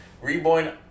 Reborn